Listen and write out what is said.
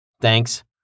Thanks